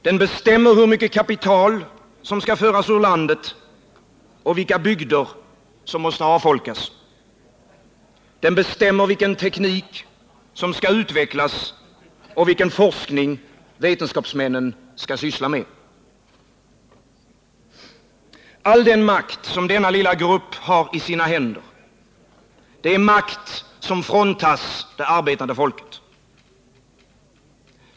Den bestämmer över hur mycket kapital som skall föras ut ur landet och vilka bygder som måste avfolkas. Den bestämmer vilken teknik som skall utvecklas och vilken forskning vetenskapsmännen skall syssla med. All den makt som denna lilla grupp har i sina händer är makt som fråntas det arbetande folket.